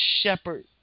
shepherd